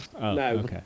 No